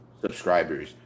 subscribers